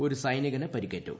ഒരു സൈനികന് പരിക്കേറ്റു